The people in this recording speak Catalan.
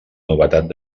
novetat